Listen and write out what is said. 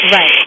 Right